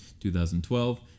2012